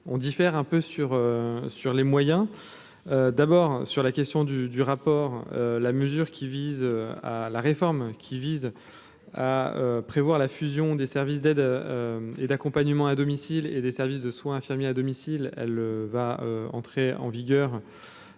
on diffère un peu sur sur les moyens d'abord sur la question du du rapport, la mesure qui vise à la réforme qui vise à prévoir la fusion des services d'aide et d'accompagnement à domicile et des services de soins infirmiers à domicile, elle va entrer en vigueur,